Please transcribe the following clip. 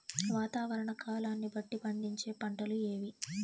వాతావరణ కాలాన్ని బట్టి పండించే పంటలు ఏవి?